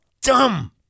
Dumb